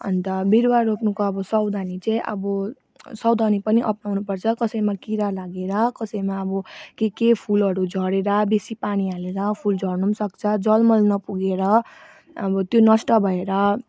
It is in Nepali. अन्त बिरुवा रोप्नुको अब सावधानी चाहिँ अब सावधानी पनि अप्नाउनु पर्छ कसैमा किरा लागेर कसैमा अब के के फुलहरू झरेर बेसी पानी हालेर फुल झर्नु सक्छ जल मल नपुगेर अब त्यो नष्ट भएर